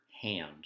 hand